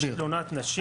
יש תלונת נשים,